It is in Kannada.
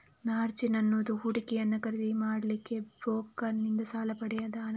ಮಾರ್ಜಿನ್ ಅನ್ನುದು ಹೂಡಿಕೆಯನ್ನ ಖರೀದಿ ಮಾಡ್ಲಿಕ್ಕೆ ಬ್ರೋಕರನ್ನಿಂದ ಸಾಲ ಪಡೆದ ಹಣ